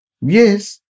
Yes